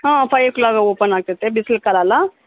ಹಾಂ ಫೈವ್ ಓ ಕ್ಲಾಕಿಗೆ ಓಪನ್ ಆಗ್ತೈತೆ ಬಿಸ್ಲು ಕಾಲಲ